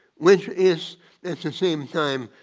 which is at the same time,